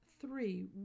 three